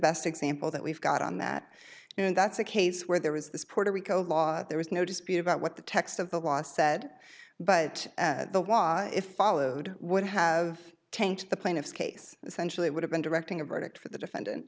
best example that we've got on that and that's a case where there was this puerto rico law there was no dispute about what the text of the law said but the wa if followed would have changed the plaintiff's case essentially would have been directing a verdict for the defendant